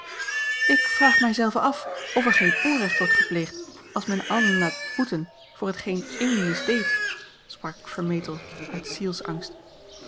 ik vraag mij zelve af of er geen onrecht wordt gepleegd als men allen laat boeten voor hetgeen ééne misdeed sprak ik vermetel uit